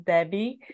Debbie